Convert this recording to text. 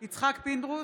פינדרוס,